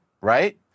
right